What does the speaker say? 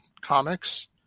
comics